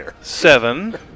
seven